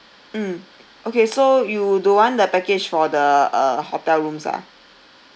mm okay so you don't want the package for the uh hotel rooms ah